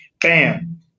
Bam